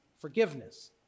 forgiveness